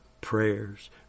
prayers